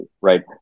Right